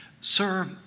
Sir